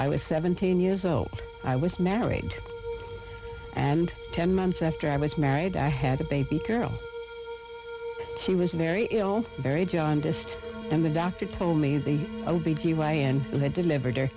i was seventeen years old i was married and ten months after i was married i had a baby girl she was very ill very jaundiced and the doctor told me the o b g y n who had delivered her